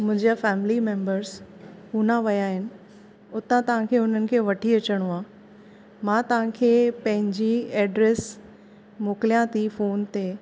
मुंहिंजा family members Poona वया आहिनि उतां तव्हांखे उन्हनि खे वठी अचिणो आहे मां तव्हांखे पंहिंजी ऐड्रेस मोकिलियां थी फ़ोन ते